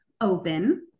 open